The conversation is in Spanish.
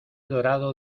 dorado